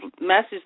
message